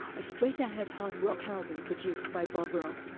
a straight-ahead hard rock album produced by bob rock,